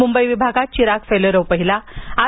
मुंबई विभागात चिराग फेलोरे पहिला आर